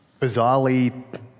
bizarrely